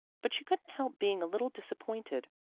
but she couldn't help being a little disappointed.